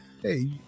Hey